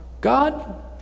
God